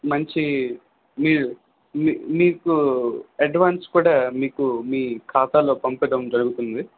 మంచి మీ మీ మీకు అడ్వాన్స్ కూడా మీకు మీ ఖాతాలోకి పంపడం జరుగుతుంది